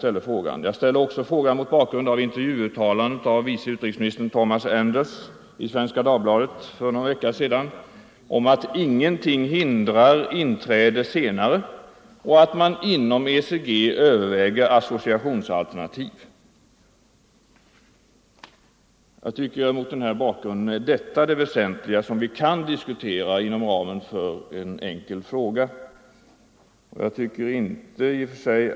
Denna fråga i dag skall också ses mot bakgrunden av intervjuuttalandet av USA:s biträdande utrikesminister Thomas Enders i Svenska Dagbladet för en vecka sedan om att ingenting hindrar ett senare inträde och att man inom ECG överväger associationsalternativ. Det är bl.a. dessa spörsmål som jag tycker kan diskuteras inom ramen för en enkel fråga.